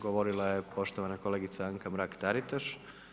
Govorila je poštovana kolegica Anka Mrak-Taritaš.